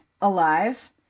alive